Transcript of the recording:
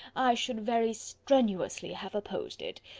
i should very strenuously have opposed it.